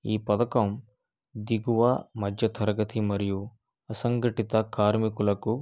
ఈ పథకం దిగువ మధ్య తరగతి మరియు అసంఘటిత కార్మికులకు